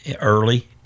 early